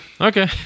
Okay